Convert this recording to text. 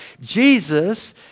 Jesus